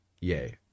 Yay